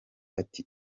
ati